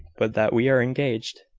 but that we are engaged.